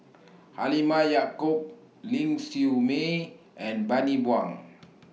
Halimah Yacob Ling Siew May and Bani Buang